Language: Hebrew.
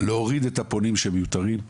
להוריד את הפונים שהם מיותרים,